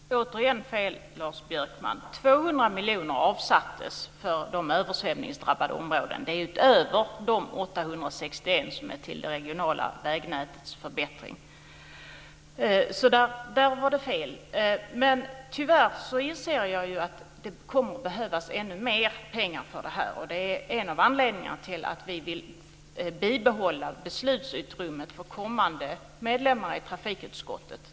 Fru talman! Återigen fel, Lars Björkman. 200 miljoner avsattes för de översvämningsdrabbade områdena. Det är utöver de 861 miljoner som är avsedda för det regionala vägnätets förbättring, så där var det fel. Tyvärr inser jag att det kommer att behövas ännu mer pengar för det här. Det är en av anledningarna till att vi vill behålla beslutsutrymmet för kommande medlemmar i trafikutskottet.